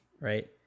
right